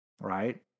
right